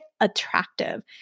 attractive